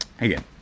again